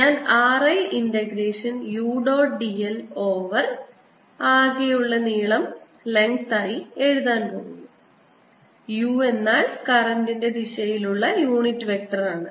ഞാൻ R I integration u dot d l over ആകെയുള്ള നീളം ആയി എഴുതാൻ പോകുന്നു u എന്നാൽ കറന്റ്ൻറെ ദിശയിലുള്ള യൂണിറ്റ് വെക്റ്റർ ആണ്